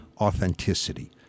authenticity